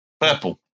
purple